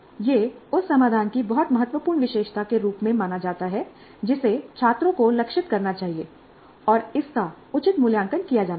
यह उस समाधान की बहुत महत्वपूर्ण विशेषता के रूप में माना जाता है जिसे छात्रों को लक्षित करना चाहिए और इसका उचित मूल्यांकन किया जाना चाहिए